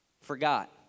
forgot